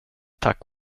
tack